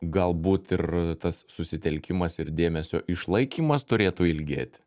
galbūt ir tas susitelkimas ir dėmesio išlaikymas turėtų ilgėti